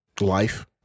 life